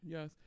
Yes